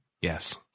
Yes